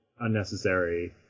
unnecessary